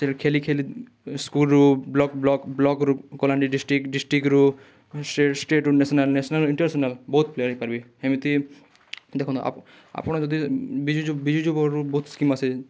ଖେଳି ଖେଳି ସ୍କୁଲ୍ରୁ ବ୍ଲକ୍ ବ୍ଲକ୍ ବ୍ଲକ୍ରୁ କଲାହାଣ୍ଡି ଡିଷ୍ଟ୍ରିକ୍ଟ୍ ଡିଷ୍ଟ୍ରିକ୍ଟ୍ ରୁ ଷ୍ଟେଟ୍ ଷ୍ଟେଟ୍ରୁ ନ୍ୟାସନାଲ୍ ନ୍ୟାସନାଲ୍ ଇଣ୍ଟରନ୍ୟାସନାଲ୍ ବହୁତ ପ୍ଲେୟର୍ ହେଇପାରିବି ହେମିତି ଦେଖନ୍ତୁ ଆପଣ ଯଦି ବିଜୁ ଯୁବ ବିଜୁ ଯୁବକ ରୁ ବହୁତ ସ୍କିମ୍ ଆସେ